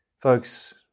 folks